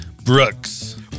Brooks